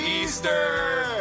Easter